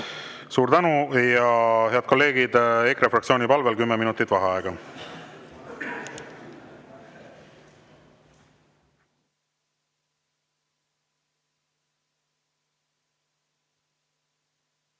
Suur tänu! Head kolleegid, EKRE fraktsiooni palvel kümme minutit vaheaega.